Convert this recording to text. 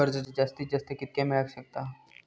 कर्ज जास्तीत जास्त कितक्या मेळाक शकता?